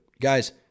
Guys